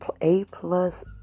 A-plus